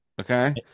Okay